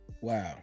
Wow